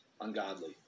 Ungodly